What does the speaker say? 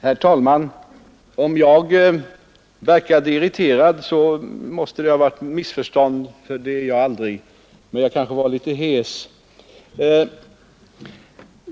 Herr talman! Om jag verkade irriterad, måste detta bero på ett missförstånd för det är jag aldrig, men jag kanske var litet hes.